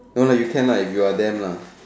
no lah you can lah if you are them lah